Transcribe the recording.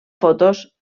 fotos